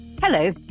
Hello